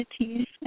entities